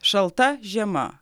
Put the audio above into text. šalta žiema